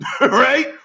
right